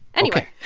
anyway.